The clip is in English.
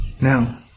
Now